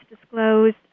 disclosed